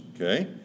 okay